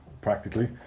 practically